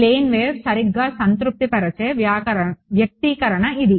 plane wave సరిగ్గా సంతృప్తిపరిచే వ్యక్తీకరణ ఇది